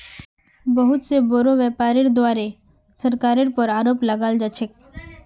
बहुत स बोरो व्यापीरीर द्वारे सरकारेर पर आरोप लगाल जा छेक